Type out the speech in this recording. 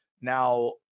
Now